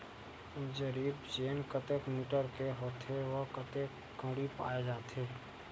जरीब चेन कतेक मीटर के होथे व कतेक कडी पाए जाथे?